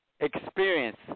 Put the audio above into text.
Experience